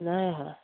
নাই অহা